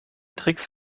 tricks